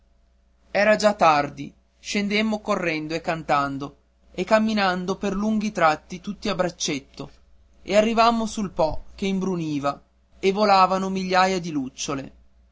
era già tardi scendemmo correndo e cantando e camminando per lunghi tratti tutti a braccetto e arrivammo sul po che imbruniva e volavano migliaia di lucciole